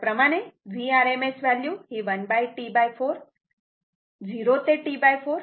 त्याच प्रमाणे Vrms value ही 1T4 0 ते T4